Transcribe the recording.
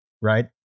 right